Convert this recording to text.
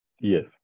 Yes